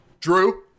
Drew